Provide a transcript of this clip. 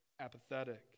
apathetic